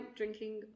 drinking